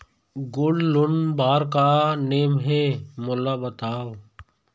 Gold loan बार का का नेम हे, मोला बताव?